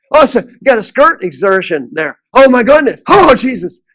awesome got a skirt exertion there oh my goodness. oh jesus.